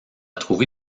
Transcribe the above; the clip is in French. trouvé